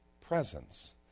presence